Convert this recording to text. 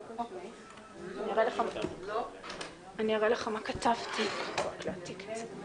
אני מניח כי אני לוקח את קבוצת הגיל ואני לוקח את הסיטואציה,